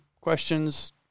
questions